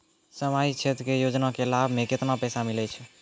समाजिक क्षेत्र के योजना के लाभ मे केतना पैसा मिलै छै?